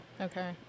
Okay